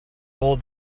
all